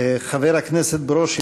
חבר הכנסת ברושי,